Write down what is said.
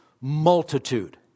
multitude